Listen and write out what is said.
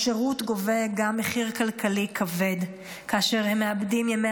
השירות גובה גם מחיר כלכלי כבד כאשר הם מאבדים ימי